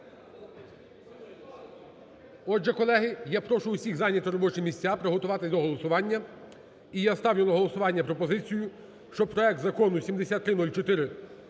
Отже, колеги, я прошу усіх зайняти робочі місця, приготуватись до голосування. І я ставлю на голосування пропозицію, щоб проект Закону 7304